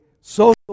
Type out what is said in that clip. social